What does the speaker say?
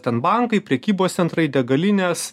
ten bankai prekybos centrai degalinės